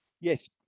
yes